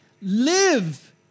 live